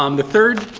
um the third,